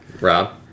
Rob